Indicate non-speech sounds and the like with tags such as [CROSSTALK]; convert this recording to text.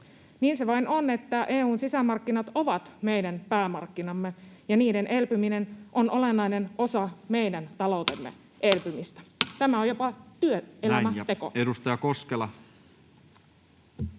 Niin se vain on, että EU:n sisämarkkinat ovat meidän päämarkkinamme ja niiden elpyminen on olennainen osa meidän taloutemme elpymistä. [NOISE] Tämä on jopa työelämäteko.